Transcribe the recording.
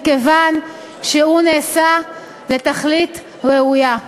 מכיוון שהוא נעשה לתכלית ראויה.